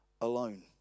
alone